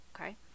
okay